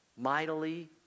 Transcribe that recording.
Mightily